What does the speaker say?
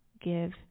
give